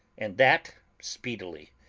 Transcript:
and that speedily.